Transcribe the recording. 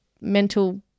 mental